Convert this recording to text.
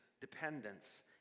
dependence